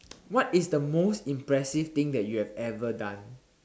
what is the most impressive thing that you have ever done